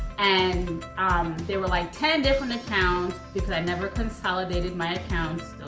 and um there were like ten different accounts, because i've never consolidated my accounts.